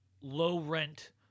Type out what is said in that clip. low-rent